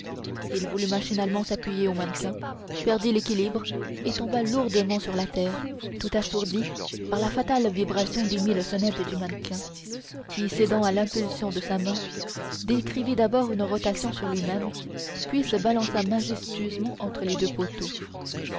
il voulut machinalement s'appuyer au mannequin perdit l'équilibre et tomba lourdement sur la terre tout assourdi par la fatale vibration des mille sonnettes du mannequin qui cédant à l'impulsion de sa main décrivit d'abord une rotation sur lui-même puis se balança majestueusement entre les deux poteaux